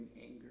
anger